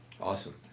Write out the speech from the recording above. Awesome